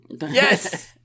yes